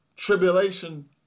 Tribulation